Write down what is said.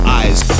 eyes